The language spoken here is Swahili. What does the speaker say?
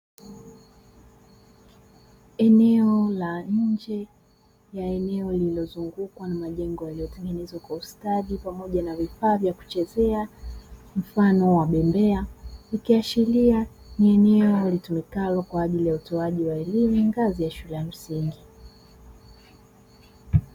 Eneo la nje ya eneo lililozungukwa na majengo yaliyotengenezwa kwa ustadi, pamoja na vifaa vya kuchezea mfano wa bembea, ikiashiria ni eneo litumikalo kwa ajili ya utoaji wa elimu ngazi ya shule ya msingi.